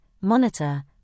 monitor